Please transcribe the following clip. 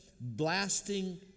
blasting